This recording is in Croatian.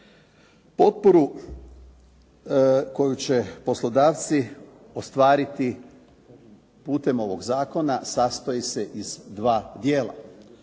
Potporu koju će poslodavci ostvariti putem ovog zakona sastoji se iz dva dijela.